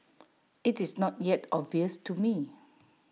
IT is not yet obvious to me